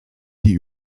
die